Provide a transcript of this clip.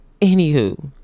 anywho